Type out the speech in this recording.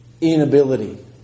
inability